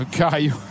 Okay